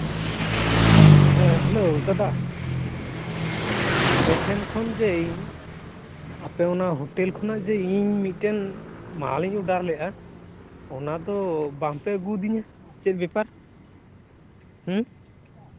ᱦᱮᱸ ᱦᱮᱞᱳ ᱫᱟᱫᱟ ᱟᱯᱮ ᱴᱷᱮᱱ ᱠᱷᱚᱱ ᱡᱮ ᱤᱧ ᱟᱯᱮ ᱚᱱᱟ ᱦᱳᱴᱮᱞ ᱠᱷᱚᱱᱟᱜ ᱡᱮ ᱤᱧ ᱢᱤᱫᱴᱮᱱ ᱢᱟᱞ ᱤᱧ ᱚᱰᱟᱨ ᱞᱮᱫᱼᱟ ᱚᱱᱟ ᱫᱚ ᱵᱟᱝᱯᱮ ᱟᱹᱜᱩ ᱟᱹᱫᱤᱧᱟ ᱪᱮᱫ ᱵᱮᱯᱟᱨ ᱦᱮᱸ